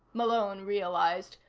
malone realized.